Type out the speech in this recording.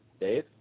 Dave